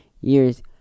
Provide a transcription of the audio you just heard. years